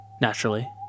Naturally